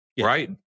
Right